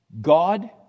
God